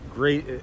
great